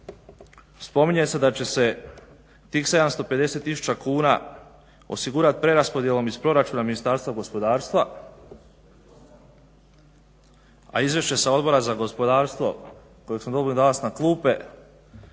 spominje se da će se tih 750 tisuća kuna osigurati preraspodjelom iz Proračuna Ministarstva gospodarstva, a Izvješće sa Odbora za gospodarstvo kojeg smo dobili danas na klupe